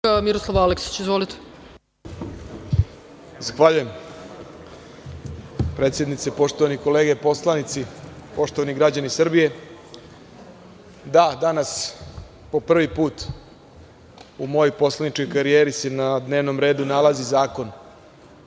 **Miroslav Aleksić** Zahvaljujem predsednici. Poštovani kolege poslanici, poštovani građani Srbije, da, danas po prvi put u mojoj poslaničkoj karijeri se na dnevnom redu nalazi zakon